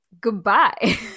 goodbye